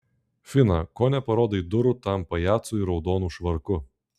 fina ko neparodai durų tam pajacui raudonu švarku